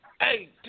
Hey